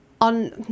on